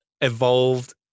evolved